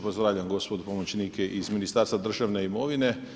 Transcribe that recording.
Pozdravljam gospodu pomoćnike iz Ministarstva državne imovine.